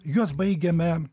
juos baigiame